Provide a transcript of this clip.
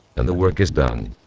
and the work is done.